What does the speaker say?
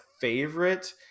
favorite